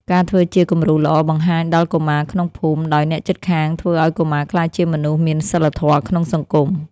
ការធ្វើជាគំរូល្អបង្ហាញដល់កុមារក្នុងភូមិ ដោយអ្នកជិតខាងធ្វើឱ្យកុមារក្លាយជាមនុស្សមានសីលធម៌ក្នុងសង្គម។